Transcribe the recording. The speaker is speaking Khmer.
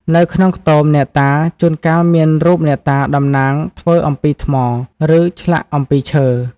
នៅក្នុងខ្ទម អ្នកតា ជួនកាលមានរូបអ្នកតាតំណាងធ្វើអំពីថ្ម ឬធ្លាក់អំពីឈើ។